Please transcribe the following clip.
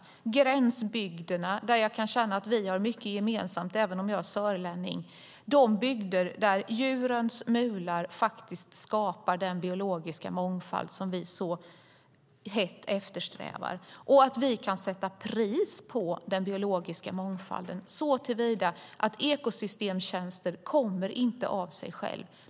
Det handlar om gränsbygderna - där kan jag känna att vi har mycket gemensamt även om jag är sörlänning - och de bygder där djurens mular faktiskt skapar den biologiska mångfald som vi så hett eftersträvar. Och det handlar om att vi kan sätta pris på den biologiska mångfalden så till vida att ekosystemstjänster inte kommer av sig själva.